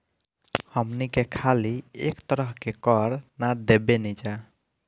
हमनी के खाली एक तरह के कर ना देबेनिजा